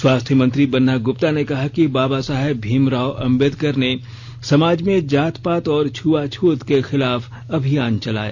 स्वास्थ्य मंत्री बन्ना ग्रप्ता ने कहा कि बाबा साहेब भीमराव अंबेडकर ने समाज में जात पात और छुआछत के खिलाफ अभियान चलाया